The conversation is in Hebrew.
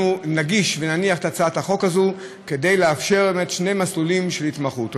אנחנו נגיש ונניח את הצעת החוק הזאת כדי לאפשר שני מסלולים של התמחות.